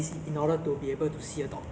first our housing is expensive